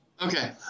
Okay